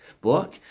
book